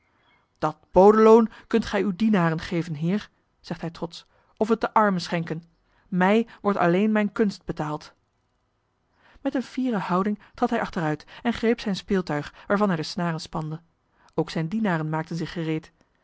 dat bodeloon kunt gij uw dienaren geven heer zegt hij trotsch of het den armen schenken mij wordt alleen mijne kunst betaald met eene fiere houding trad hij achteruit en greep zijn speeltuig waarvan hij de snaren spande ook zijne dienaren maakten zich gereed